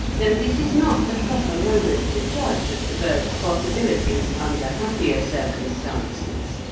though this is not the proper moment to judge of the bird's possibilities under happier circumstances.